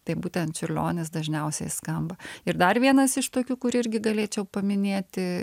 tai būtent čiurlionis dažniausiai skamba ir dar vienas iš tokių kur irgi galėčiau paminėti